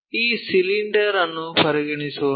ಈ ಸಿಲಿಂಡರ್ ಅನ್ನು ಪರಿಗಣಿಸೋಣ